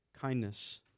kindness